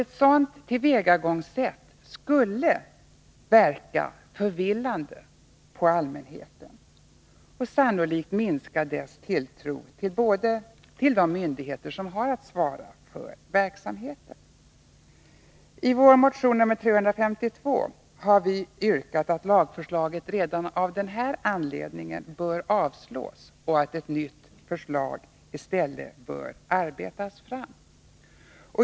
Ett sådant tillvägagångssätt skulle verka förvillande på allmänheten och sannolikt minska dess tilltro till de myndigheter som har att svara för verksamheten. I vår motion 352 har vi yrkat att lagförslaget redan av denna anledning bör avslås och att ett nytt förslag i stället bör arbetas fram.